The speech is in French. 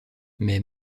mais